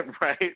right